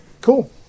cool